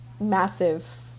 massive